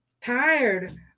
tired